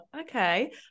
okay